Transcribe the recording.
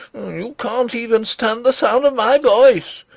you can't even stand the sound of my voice.